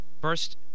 First